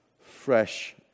fresh